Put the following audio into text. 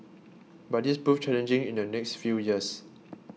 but this proved challenging in the next few years